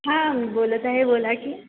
हां बोलत आहे बोला की